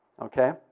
Okay